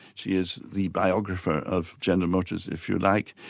she is the biographer of general motors, if you like,